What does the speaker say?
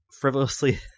frivolously